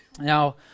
Now